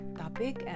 topic